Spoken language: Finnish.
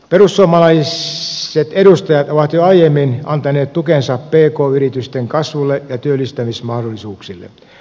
perussuomalaiset edustajat ovat jo aiemmin antaneet tukensa pk yritysten kasvulle ja työllistämismahdollisuuksille